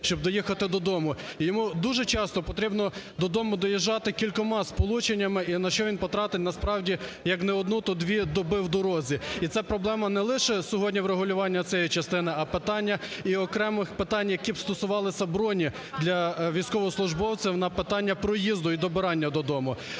щоб доїхати додому. І йому дуже часто потрібно додому доїжджати кількома сполученнями, і на що він потратить, насправді, як не одну, то дві доби в дорозі. І це проблема не лише сьогодні врегулювання цієї частини, а питання і окремих питань, які б стосувалися броні для військовослужбовців на питання проїзду і добирання до дому.